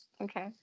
Okay